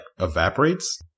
evaporates